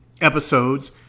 episodes